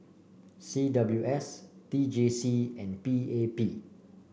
C W S T J C and P A P